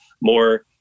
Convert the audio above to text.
more